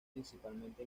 principalmente